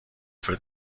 for